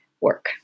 work